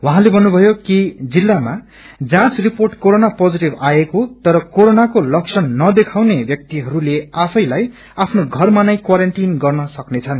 उहाँले भन्नुभ्यो कि जिल्लामा रिपोअम कोरोना पोजिटिभ आएका तर क्रोरोनको लक्षण नदेखाउने व्याक्तिहरूले आफैलाई आफ्नो घरमनै क्वारेन्टाईन गर्न सक्नेछन्